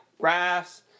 graphs